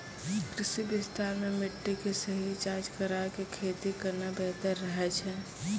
कृषि विस्तार मॅ मिट्टी के सही जांच कराय क खेती करना बेहतर रहै छै